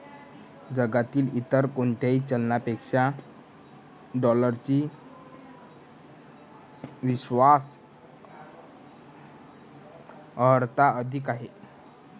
जगातील इतर कोणत्याही चलनापेक्षा डॉलरची विश्वास अर्हता अधिक आहे